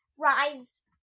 rise